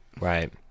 right